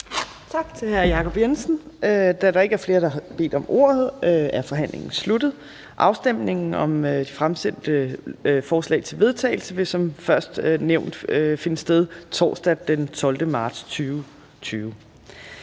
Tak til hr. Jacob Jensen. Da der ikke er flere, der har bedt om ordet, er forhandlingen sluttet. Afstemning om det fremsatte forslag til vedtagelse vil som nævnt først finde sted torsdag den 12. marts 2020.